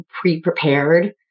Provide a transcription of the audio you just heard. pre-prepared